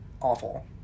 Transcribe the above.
awful